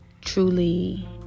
truly